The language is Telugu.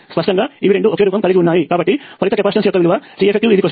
స్పష్టంగా ఇవి రెండు ఒకే రూపం కలిగి ఉన్నాయి కాబట్టి ఫలిత కెపాసిటెన్స్ యొక్క విలువCeffC1C2C3CN